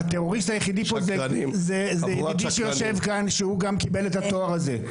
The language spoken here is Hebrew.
הטרוריסט היחידי פה זה ידידי שיושב כאן שהוא גם קיבל את התואר הזה.